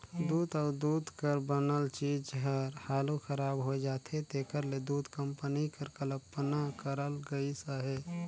दूद अउ दूद कर बनल चीज हर हालु खराब होए जाथे तेकर ले दूध कंपनी कर कल्पना करल गइस अहे